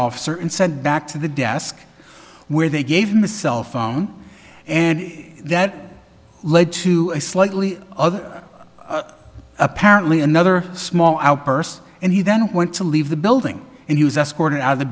officer and sent back to the desk where they gave him the cell phone and that led to a slightly other apparently another small outburst and he then went to leave the building and he was escorted